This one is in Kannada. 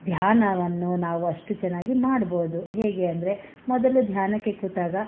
ಧ್ಯಾನವನ್ನು ನಾವು ಅಷ್ಟು ಚೆನ್ನಾಗಿ ಮಾಡ್ಬೋದು ಹೇಗೆ ಅಂದರೆ ಮೊದಲು ಧ್ಯಾನಕ್ಕೆ ಕೂತಾಗ